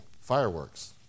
fireworks